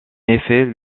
effet